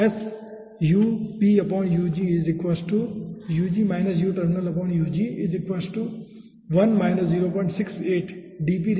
तो s है